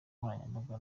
nkoranyambaga